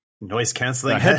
Noise-canceling